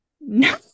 no